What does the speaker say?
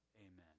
amen